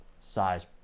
size